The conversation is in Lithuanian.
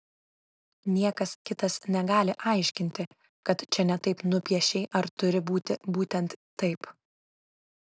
niekas kitas negali aiškinti kad čia ne taip nupiešei ar turi būti būtent taip